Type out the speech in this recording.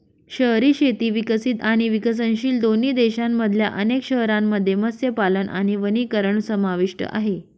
शहरी शेती विकसित आणि विकसनशील दोन्ही देशांमधल्या अनेक शहरांमध्ये मत्स्यपालन आणि वनीकरण समाविष्ट आहे